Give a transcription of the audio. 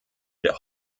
der